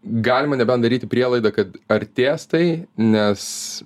galima nebent daryti prielaidą kad artės tai nes